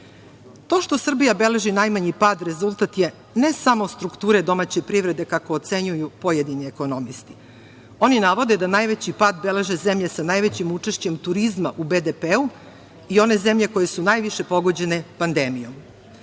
To što Srbija beleži najmanji pad rezultat je ne samo strukture domaće privrede, kako ocenjuju pojedini ekonomisti, oni navode da najveći pad beleže zemlje sa najvećim učešćem turizma u BDP-u i one zemlje koje su najviše pogođene pandemijom. Moram